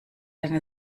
eine